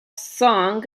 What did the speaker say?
song